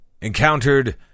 encountered